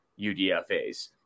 UDFAs